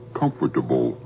comfortable